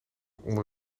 onder